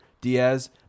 Diaz